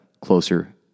closer